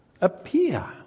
appear